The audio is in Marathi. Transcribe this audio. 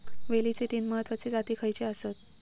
वेलचीचे तीन महत्वाचे जाती खयचे आसत?